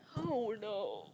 oh no